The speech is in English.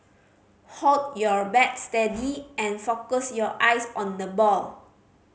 hold your bat steady and focus your eyes on the ball